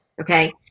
Okay